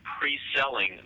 pre-selling